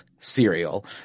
cereal